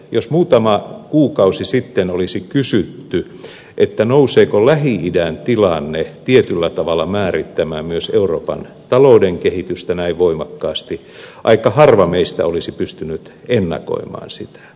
jos muutama kuukausi sitten olisi kysytty nouseeko lähi idän tilanne tietyllä tavalla määrittämään myös euroopan talouden kehitystä näin voimakkaasti aika harva meistä olisi pystynyt ennakoimaan sitä